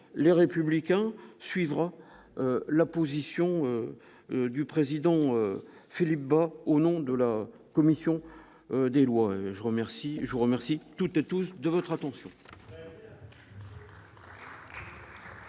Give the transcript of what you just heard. les républicains suivra la position du président Philippe Bas, au nom de la commission des lois, je remercie, je vous remercie toutes et tous de votre attention.